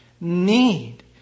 need